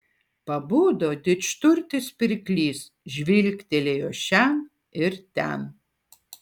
pabudo didžturtis pirklys žvilgtelėjo šen ir ten